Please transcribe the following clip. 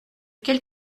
quel